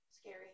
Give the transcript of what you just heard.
scary